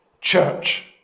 church